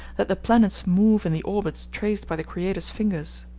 that the planets move in the orbits traced by the creator's finger.